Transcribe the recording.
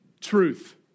truth